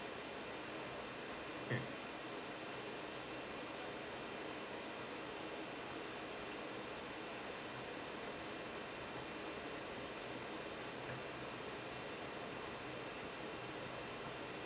mm